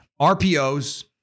RPOs